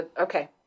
okay